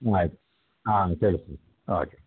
ಆಯಿತು ಹಾಂ ಕೇಳಿಸ್ತು ಓಕೆ